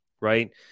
right